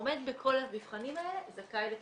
עומד בכל המבחנים האלה זכאי לקצבה.